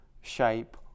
shape